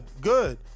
good